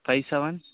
five seven